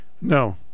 No